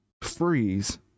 freeze